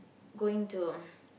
going to